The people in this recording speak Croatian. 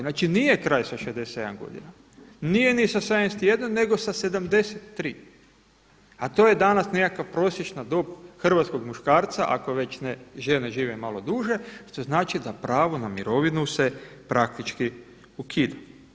Znači nije kraj sa 67 godina, nije ni sa 71 nego sa 73, a to je danas nekakva prosječna dob hrvatskog muškarca, ako već ne žene žive malo duže, što znači da pravo na mirovinu se praktički ukida.